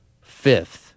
fifth